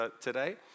today